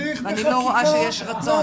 אני לא רואה שיש רצון.